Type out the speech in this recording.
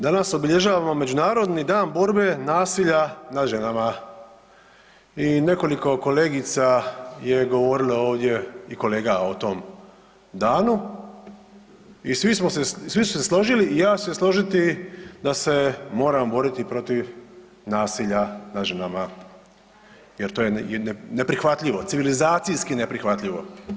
Danas obilježavamo Međunarodni dan borbe nasilja nad ženama i nekoliko kolegica je govorilo ovdje i kolega o tom danu i svi su se složili i ja ću se složiti da se moramo boriti protiv nasilja nad ženama jer to je neprihvatljivo, civilizacijski neprihvatljivo.